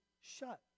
shut